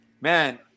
man